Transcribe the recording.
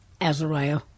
Azariah